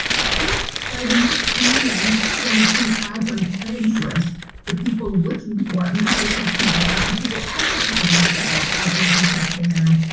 then by the next morning, i started seeing ads on craigslist for people looking for a macho sexual mount or people advertising themselves as metrosexual now.